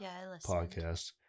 podcast